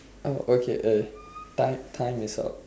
oh okay uh time time is up